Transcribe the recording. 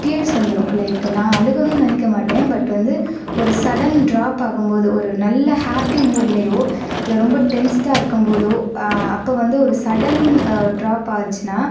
tears வந்துரும் like நான் அழுகணும்னு நினைக்க மாட்டேன் பட் வந்து ஒரு சடன் டிராப் ஆகும் போது ஒரு நல்ல ஹாப்பி மூடுலேயோ இல்லை ரொம்ப டென்ஷ்டா இருக்கும் போதோ அப்போ வந்து ஒரு சடன் டிராப் ஆச்சுன்னா